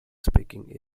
speaking